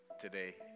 today